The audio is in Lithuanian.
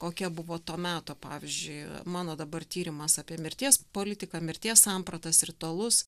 kokia buvo to meto pavyzdžiui mano dabar tyrimas apie mirties politiką mirties sampratas ritualus